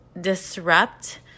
disrupt